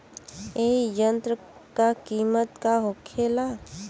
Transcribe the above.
ए यंत्र का कीमत का होखेला?